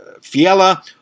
Fiala